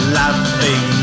laughing